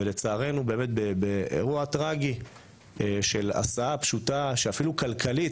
ולצערנו באירוע טרגי של הסעה פשוטה - אפילו כלכלית,